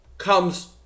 comes